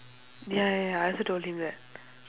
ya ya ya I also told him that